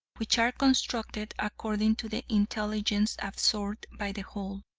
which are constructed according to the intelligence absorbed by the whole.